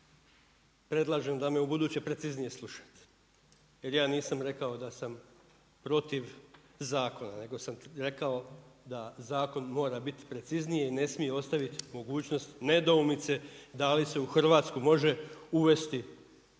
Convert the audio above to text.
predlažem da me ubuduće preciznije slušate, jer ja nisam rekao da sam protiv zakona, nego sam rekao da zakon mora biti precizniji i ne smije ostaviti mogućnost nedoumice da li se u Hrvatsku može uvesti